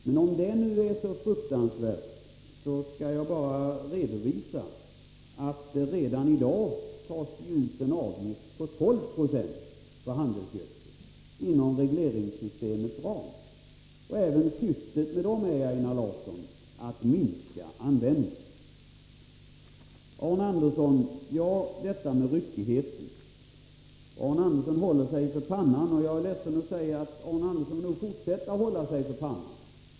Men om det nu är så fruktansvärt, skall jag bara redovisa att redan i dag tas det ut en avgift på 12 90 för handelsgödsel inom regleringssystemets ram. Även denna avgift har syftet att minska användningen. Detta med ryckigheten, Arne Andersson i Ljung: Jag ser att Arne Andersson håller sig för pannan. Jag är ledsen att behöva säga att han nog får fortsätta att hålla sig för pannan.